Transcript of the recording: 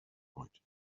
point